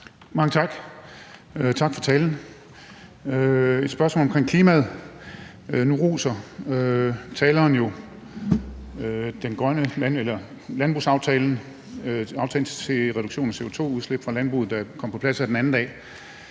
Mange tak. Og tak for talen. Jeg har et spørgsmål omkring klimaet. Nu roser taleren jo landbrugsaftalen, aftalen om reduktion af CO2-udslippet fra landbruget, der kom på plads her den anden dag,